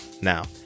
now